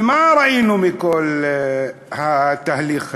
ומה ראינו מכל התהליך הזה?